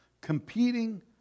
Competing